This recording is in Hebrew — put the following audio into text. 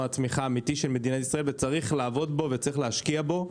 הצמיחה האמיתי של מדינת ישראל וצריך לעבוד בו ולהשקיע בו.